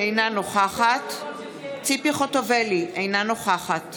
אינה נוכחת ציפי חוטובלי, אינה נוכחת